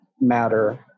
matter